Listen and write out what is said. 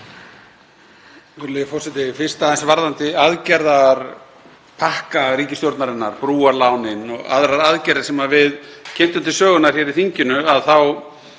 Virðulegi forseti. Fyrst aðeins varðandi aðgerðapakka ríkisstjórnarinnar, brúarlánin og aðrar aðgerðir sem við kynntum til sögunnar hér í þinginu, þá